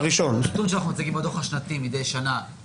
זהו נתון שאנחנו מציגים בדו"ח השנתי, מדי שנה.